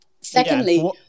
Secondly